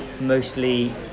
mostly